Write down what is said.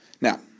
Now